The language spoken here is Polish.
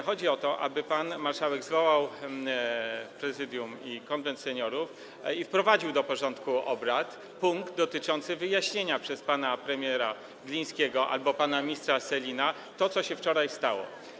Chodzi o to, żeby pan marszałek zwołał Prezydium Sejmu i Konwent Seniorów i wprowadził do porządku obrad punkt dotyczący wyjaśnienia przez pana premiera Glińskiego albo pana ministra Sellina tego, co się wczoraj stało.